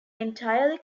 entirely